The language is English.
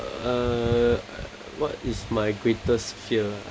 uh what is my greatest fear